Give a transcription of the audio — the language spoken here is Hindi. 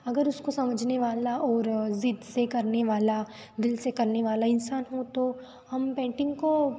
अगर उसको समझने वाला और ज़िद्द से करने वाला दिल से करने वाला इंसान हो तो हम पेंटिंग को